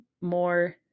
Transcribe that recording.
more